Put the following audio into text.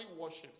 worships